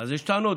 אז יש טענות.